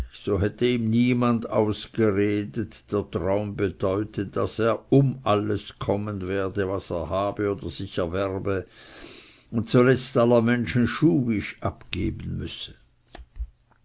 so hätte ihm niemand ausgeredet der traum bedeute daß er um alles kommen werde was er habe oder sich erwerbe und zuletzt aller menschen schuhwisch abgeben müsse